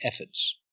efforts